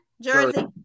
Jersey